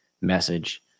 message